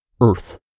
earth